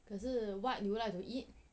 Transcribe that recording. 可是 what you would like to eat